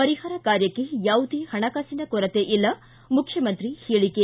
ಪರಿಪಾರ ಕಾರ್ಯಕ್ಕ ಯಾವುದೇ ಹಣಕಾಸಿನ ಕೊರತೆ ಇಲ್ಲ ಮುಖ್ಯಮಂತ್ರಿ ಹೇಳಿಕೆ